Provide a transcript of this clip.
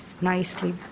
nicely